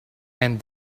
and